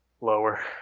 Lower